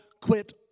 quit